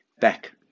back